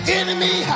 enemy